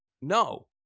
No